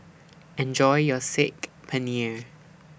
Enjoy your Saag Paneer